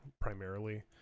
primarily